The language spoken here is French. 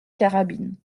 carabine